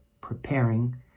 preparing